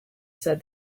said